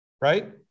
right